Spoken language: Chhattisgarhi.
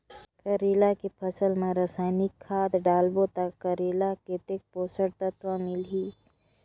करेला के फसल मा रसायनिक खाद डालबो ता करेला कतेक पोषक तत्व मिलही?